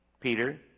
Peter